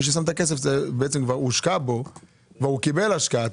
מי ששם את הכסף זה בעצם כבר הושקע בו והוא קיבל את ההשקעה,